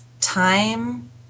time